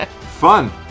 Fun